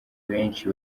benshi